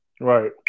right